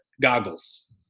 goggles